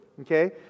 okay